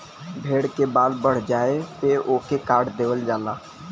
भेड़ के बाल बढ़ जाये पे ओके काट देवल जाला